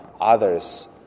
others